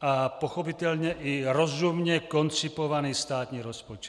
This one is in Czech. a pochopitelně i rozumně koncipovaný státní rozpočet.